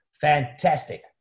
Fantastic